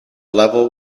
level